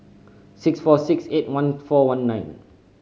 six four six eight one four one nine